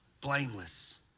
Blameless